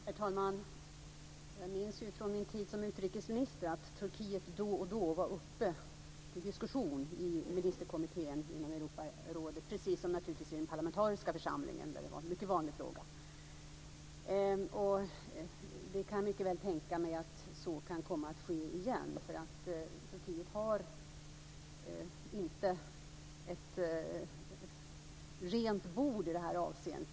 Herr talman! Jag minns från min tid som utrikesminister att Turkiet då och då var uppe till diskussion i ministerkommittén inom Europarådet, precis som naturligtvis i den parlamentariska församlingen, där detta var en mycket vanlig fråga. Jag kan mycket väl tänka mig att så kan komma att ske igen eftersom Turkiet inte har ett rent bord i det här avseendet.